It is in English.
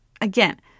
again